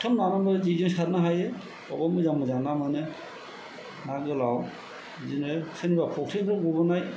सुथाबनानैबो जेजों सारनो हायो अबाव मोजां मोजां ना मोनो ना गोलाव बिदिनो सोरनिबा फख्रिनिफ्राय गबोनाय